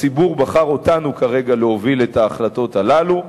הציבור בחר אותנו כרגע להוביל את ההחלטות הללו.